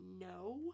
no